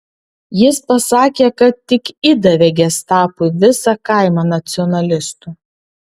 jis pasakė kad tik įdavė gestapui visą kaimą nacionalistų